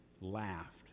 laughed